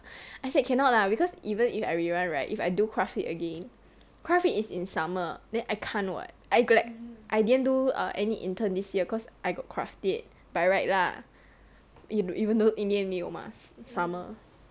I said cannot lah because even if I re run right if I do craft it again craft it is in summer then I can't what I like I didn't do err any intern this year cause I got craft it by right lah even even though in the end 没有 mah summer